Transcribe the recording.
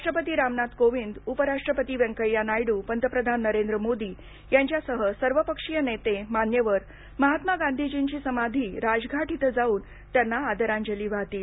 राष्ट्रपती रामनाथ कोविन्द उपराष्ट्रपती व्यंकय्या नायडू पंतप्रधान नरेंद्र मोदी यांच्यासह सर्वपक्षीय नेते मान्यवर महात्मा गांधीजींची समाधी राजघट इथ जाऊन त्यांना आदरांजली वाहतील